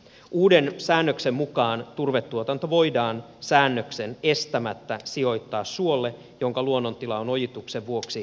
uuden säännöksen mukaan turvetuotanto voidaan säännöksen estämättä sijoittaa suolle jonka luonnontila on ojituksen vuoksi merkittävästi muuttunut